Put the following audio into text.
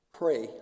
pray